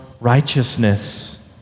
righteousness